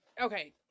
Okay